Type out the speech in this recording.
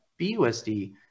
BUSD